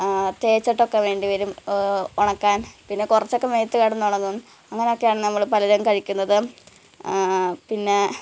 തേച്ചിട്ടൊക്കെ വേണ്ടിവരും ഉണക്കാന് പിന്നെ കുറച്ചൊക്കെ മേത്ത് കിടന്നുണങ്ങും അങ്ങനെയൊക്കെയാണ് നമ്മൾ പലരും കഴിക്കുന്നത് പിന്നെ